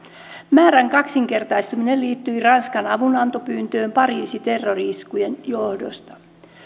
määrän kaksinkertaistuminen liittyy ranskan avunantopyyntöön pariisin terrori iskujen johdosta